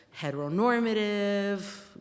heteronormative